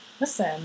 Listen